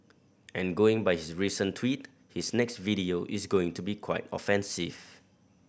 and going by his recent tweet his next video is going to be quite offensive